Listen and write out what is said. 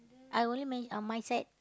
I only mention on my side